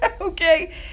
Okay